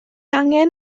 angen